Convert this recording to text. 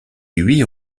huit